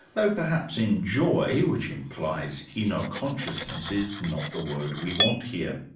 though perhaps enjoy, which implies inner consciousness, is not the word we want here.